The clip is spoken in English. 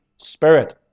spirit